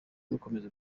dukomeza